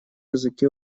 языке